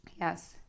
Yes